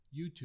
YouTube